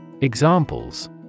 Examples